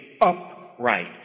upright